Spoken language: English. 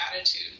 attitude